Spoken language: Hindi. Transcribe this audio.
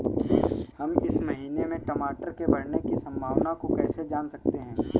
हम इस महीने में टमाटर के बढ़ने की संभावना को कैसे जान सकते हैं?